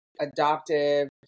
adoptive